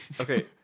Okay